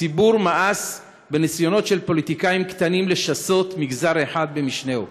הציבור מאס בניסיונות של פוליטיקאים קטנים לשסות מגזר אחד במשנהו.